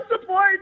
support